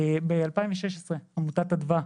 בשנת 2016 עמותת אדווה,